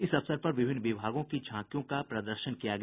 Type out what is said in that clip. इस अवसर पर विभिन्न विभागों की झांकियों का प्रदर्शन किया गया